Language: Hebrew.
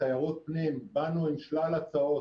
תיירות פנים באנו עם שלל הצעות